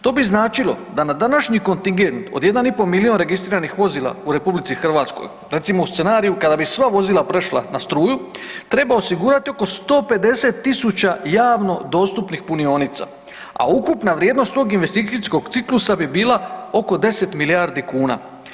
To bi značilo da na današnji kontingent od 1 i pol milion registriranih vozila u RH recimo u scenariju kada bi sva vozila prešla na struju treba osigurati oko 150.000 javno dostupnih punionica, a ukupna vrijednost tog investicijskog ciklusa bi bila oko 10 milijardi kuna.